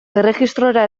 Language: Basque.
erregistrora